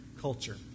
culture